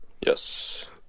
Yes